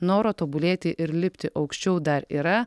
noro tobulėti ir lipti aukščiau dar yra